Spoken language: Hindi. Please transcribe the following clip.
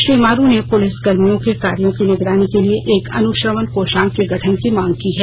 श्री मारू ने पूलिस कर्मियों के कार्यों की निगरानी के लिए एक अन्श्रवन कोषांग के गठन की मांग की है